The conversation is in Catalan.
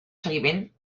seguiment